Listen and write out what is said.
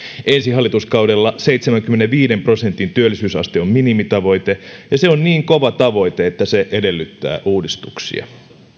ensi hallituskaudella seitsemänkymmenenviiden prosentin työllisyysaste on minimitavoite ja se on niin kova tavoite että se edellyttää uudistuksia